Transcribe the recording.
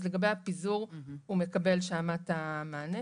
אז לגבי הפיזור, הוא מקבל שם את המענה.